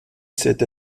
cette